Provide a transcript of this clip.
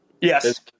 Yes